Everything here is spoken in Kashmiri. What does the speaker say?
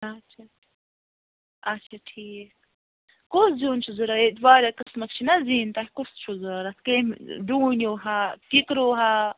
اَچھا اَچھا ٹھیٖک کُس زیُن چھُ ضروٗرت ییٚتہِ وارِیاہ قٕسمہٕ چھِناہ زیِنۍ تۅہہِ کُس چھُ ضروٗرت کَمہِ ڈوٗنِیو ہا کِکرو ہا